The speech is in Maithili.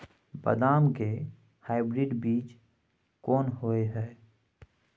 बदाम के हाइब्रिड बीज कोन होय है?